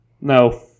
No